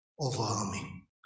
overwhelming